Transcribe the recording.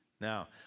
Now